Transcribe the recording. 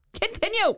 Continue